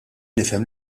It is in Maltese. nifhem